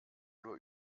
oder